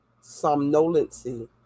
somnolency